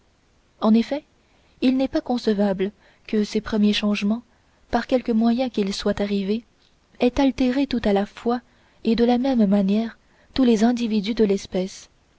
en effet il n'est pas concevable que ces premiers changements par quelque moyen qu'ils soient arrivés aient altéré tout à la fois et de la même manière tous les individus de l'espèce